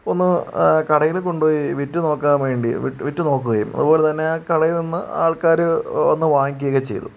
ഒന്ന് കടയിൽ കൊണ്ടുപോയി വിറ്റ് നോക്കാൻ വേണ്ടി വിറ്റ് വിറ്റ് നോക്കുകയും അതുപോലെ തന്നെ ആ കടയിൽ നിന്ന് ആൾക്കാർ വന്ന് വാങ്ങിക്കുകയൊക്കെ ചെയ്തു